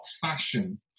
fashion